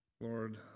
Lord